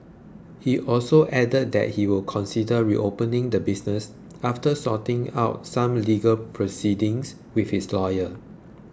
he also added that he would consider reopening the business after sorting out some legal proceedings with his lawyer